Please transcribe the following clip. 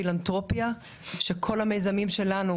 אנחנו לא עובדים לבד.